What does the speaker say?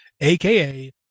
aka